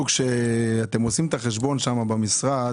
כשאתם עושים את החשבון במשרד